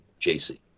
JC